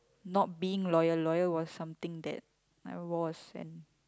not being loyal loyal was something that I was and